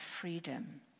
freedom